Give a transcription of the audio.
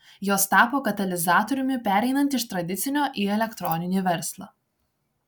jos tapo katalizatoriumi pereinant iš tradicinio į elektroninį verslą